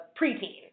preteen